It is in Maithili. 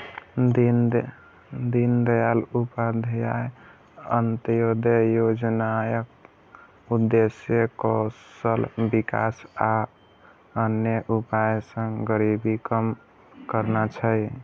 दीनदयाल उपाध्याय अंत्योदय योजनाक उद्देश्य कौशल विकास आ अन्य उपाय सं गरीबी कम करना छै